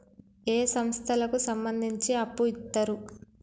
ఏ సంస్థలకు సంబంధించి అప్పు ఇత్తరు?